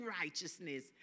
righteousness